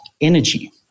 energy